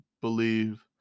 believe